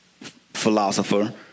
philosopher